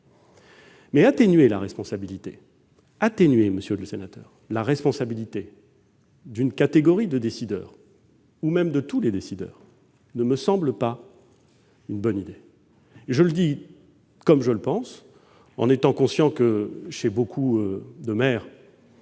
Sans doute. Mais atténuer, monsieur le sénateur, la responsabilité d'une catégorie de décideurs ou même de tous les décideurs ne me semble pas une bonne idée. Je le dis comme je le pense, en étant conscient que ma réponse peut